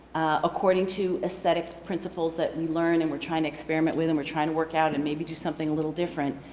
according to a set of principles that we learn and we're trying to experiment with and we're trying to work out and maybe do something a little different.